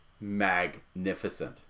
magnificent